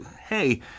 Hey